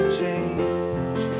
change